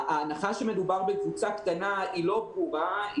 ההנחה שמדובר בקבוצה קטנה היא לא ברורה.